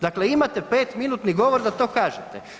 Dakle, imate pet minutni govor da to kažete.